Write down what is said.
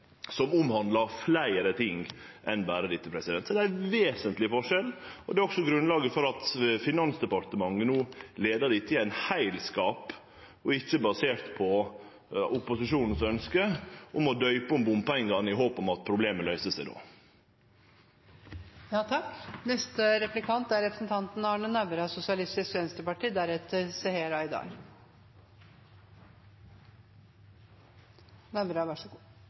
som omhandlar fleire ting enn berre dette. Så det er ein vesentleg forskjell. Det er også grunnlaget for at Finansdepartementet no leiar dette i ein heilskap, og ikkje basert på opposisjonens ønske om å døype om bompengane i håp om at problemet då løyser seg. Jeg viser til hovedinnlegget mitt. Statsråden er